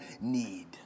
need